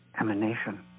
Emanation